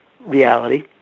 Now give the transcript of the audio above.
reality